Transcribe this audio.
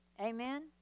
Amen